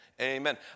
amen